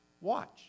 watch